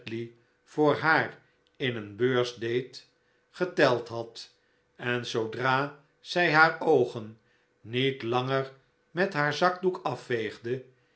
voor haar in een beurs deed geteld had en zoodra zij haar oogen niet langer met haar zakdoek afveegde